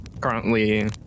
currently